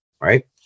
right